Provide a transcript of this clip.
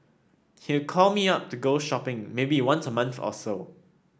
he'd call me up to go shopping maybe once a month or so